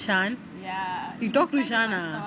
shan you talk to shan ah